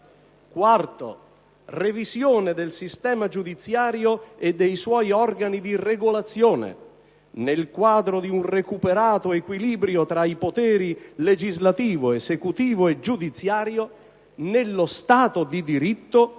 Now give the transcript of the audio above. quarto, revisione del sistema giudiziario e dei suoi organi di regolazione, nel quadro di un recuperato equilibrio tra i poteri legislativo, esecutivo e giudiziario, nello Stato di diritto e nel rispetto